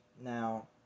Now